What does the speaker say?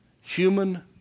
human